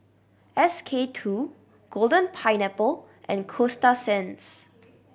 S K Two Golden Pineapple and Coasta Sands